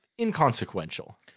inconsequential